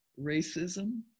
racism